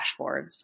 dashboards